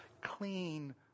clean